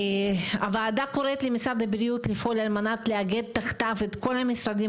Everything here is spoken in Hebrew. הוועדה קוראת למשרד הבריאות לפעול על מנת לאגד תחתיו את כל המשרדים